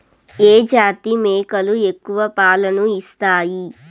ఏ జాతి మేకలు ఎక్కువ పాలను ఇస్తాయి?